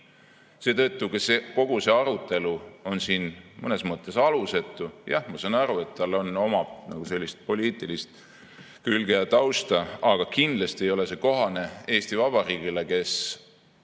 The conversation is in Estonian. Seetõttu on kogu see arutelu siin mõnes mõttes alusetu. Jah, ma saan aru, et ta omab sellist poliitilist külge ja tausta, aga kindlasti ei ole see kohane Eesti Vabariigile, kes